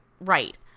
right